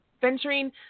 venturing